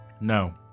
No